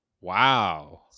Wow